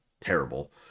terrible